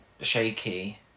shaky